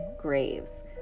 graves